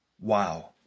Wow